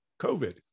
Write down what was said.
COVID